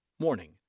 Morning